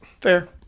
Fair